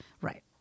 Right